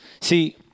See